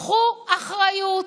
קחו אחריות,